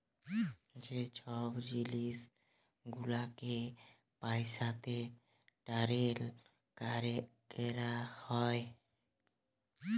যে ছব জিলিস গুলালকে পইসাতে টারেল ক্যরা হ্যয়